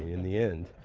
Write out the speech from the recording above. in the end,